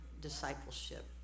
discipleship